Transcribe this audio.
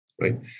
right